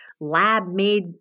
lab-made